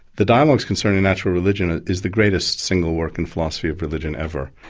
the dialogues concerning natural religion ah is the greatest single work in philosophy of religion ever,